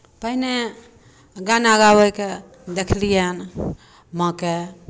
पहिने गाना गाबयके देखलियनि माँकेँ